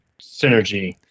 synergy